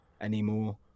anymore